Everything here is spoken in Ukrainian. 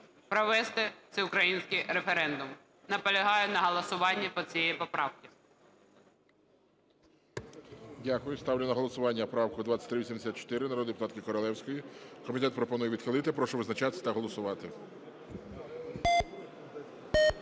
провести всеукраїнський референдум. Наполягаю на голосуванні по цій поправці.